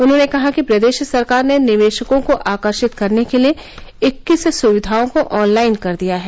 उन्हॉने कहा कि प्रदेश सरकार ने निवेशकों को आकर्षित करने के लिए इक्कीस सुविघाओं को ऑनलाइन कर दिया है